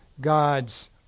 God's